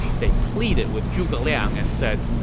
they pleaded with zhuge liang and said,